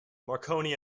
marconi